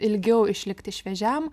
ilgiau išlikti šviežiam